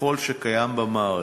ככל שקיים במערכת.